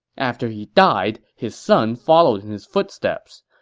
after he died, his son followed in his footsteps.